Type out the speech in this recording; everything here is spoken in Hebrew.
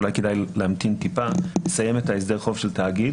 אולי כדאי להמתין מעט ולסיים את הסדר החוב של תאגיד.